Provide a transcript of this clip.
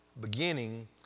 beginning